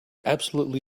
absolutely